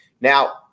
Now